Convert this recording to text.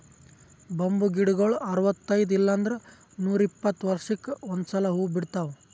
bamboo ಗಿಡಗೊಳ್ ಅರವತೈದ್ ಇಲ್ಲಂದ್ರ ನೂರಿಪ್ಪತ್ತ ವರ್ಷಕ್ಕ್ ಒಂದ್ಸಲಾ ಹೂವಾ ಬಿಡ್ತಾವ್